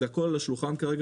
הכול על השולחן כרגע,